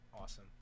Awesome